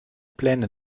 pläne